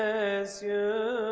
as you